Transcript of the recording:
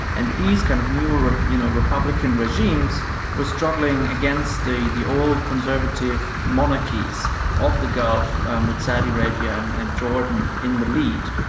and these kind of new ah you know republican regimes were struggling against the the old conservative monarchies of the gulf um with saudi arabia and and jordan in the lead.